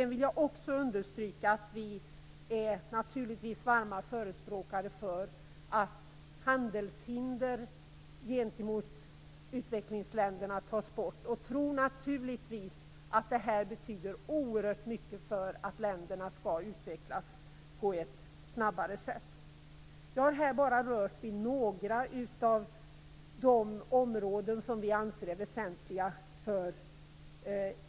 Jag vill också understryka att vi naturligtvis är varma förespråkare för att handelshinder gentemot utvecklingsländerna tas bort. Jag har här bara berört några av de områden som vi anser är väsentliga för